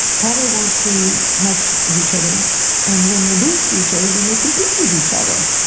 probably won't see much of each other and when they do see each other they may compete with each other.